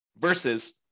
versus